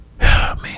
man